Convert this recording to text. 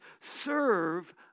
serve